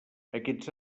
aquests